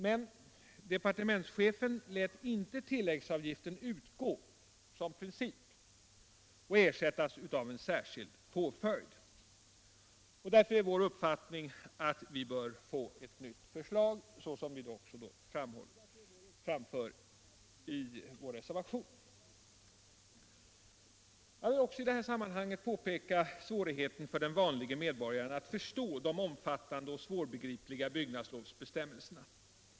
Men departemenischefen lät inte tilläggsavgiften utgå som princip och ersättas av en särskild påföljd. Därför är vår uppfattning, såsom vi framför i vår reservation, att vi bör få ett nytt förslag. Jag vill också påpeka svårigheten för den vanlige medborgaren att förstå de omfattande och svårbegripliga byggnadslovsbestämmelserna.